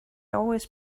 always